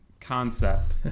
concept